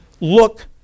look